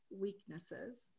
weaknesses